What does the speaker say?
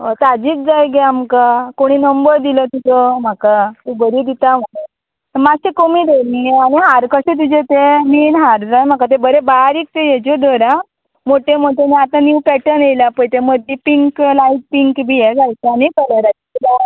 हय ताजीत जाय गे आमकां कोणी नंबर दिलो तुजो म्हाका तूं बरी दिता म्हण मात्शें कमी धर आनी हार कशें तुजें तें मेन हार जाय म्हाका तें बरें बारीक तें हेज्यो धर आं मोटे मोटे न्हू आतां नीव पॅटर्न येयला पय तें मदीं पिंक लायट पिंक बी हें घालचें आनी कलराचें